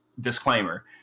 Disclaimer